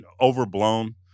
overblown